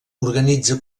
organitza